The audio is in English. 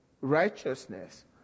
righteousness